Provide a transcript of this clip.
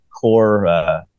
core